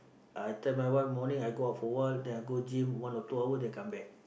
I tell my wife morning I go out for a while then I go gym one or two hour then I come back